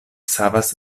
savas